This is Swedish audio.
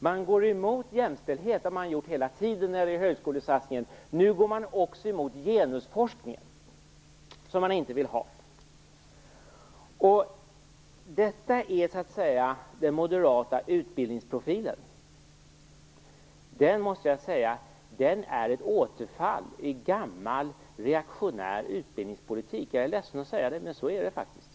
Man går emot jämställdhet. Det har man gjort hela tiden i högskolesatsningen, och nu går man också emot genusforskningen, som man inte vill ha. Detta är så att säga den moderata utbildningsprofilen. Jag måste säga att den är ett återfall i gammal reaktionär utbildningspolitik. Jag är ledsen att säga det, men så är det faktiskt.